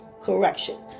correction